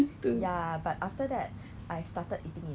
会更好 lah